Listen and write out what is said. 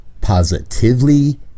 positively